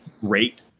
great